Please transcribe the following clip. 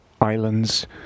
islands